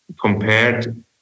compared